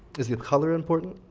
is the color important?